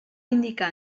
indicar